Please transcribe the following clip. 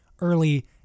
early